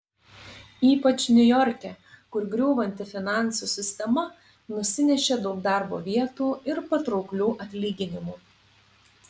ypač niujorke kur griūvanti finansų sistema nusinešė daug darbo vietų ir patrauklių atlyginimų